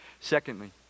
Secondly